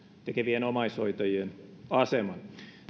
tekevien omaishoitajien aseman